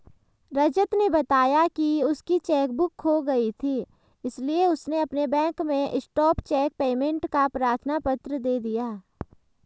रजत ने बताया की उसकी चेक बुक खो गयी थी इसीलिए उसने अपने बैंक में स्टॉप चेक पेमेंट का प्रार्थना पत्र दे दिया